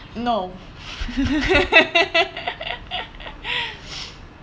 no